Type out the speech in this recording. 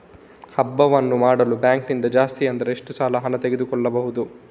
ಹಬ್ಬವನ್ನು ಮಾಡಲು ಬ್ಯಾಂಕ್ ನಿಂದ ಜಾಸ್ತಿ ಅಂದ್ರೆ ಎಷ್ಟು ಸಾಲ ಹಣ ತೆಗೆದುಕೊಳ್ಳಬಹುದು?